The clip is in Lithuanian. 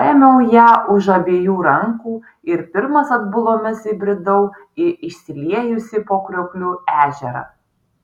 paėmiau ją už abiejų rankų ir pirmas atbulomis įbridau į išsiliejusį po kriokliu ežerą